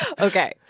Okay